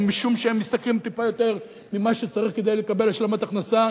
ומשום שהם משתכרים טיפה יותר ממה שצריך כדי לקבל השלמת הכנסה,